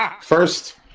first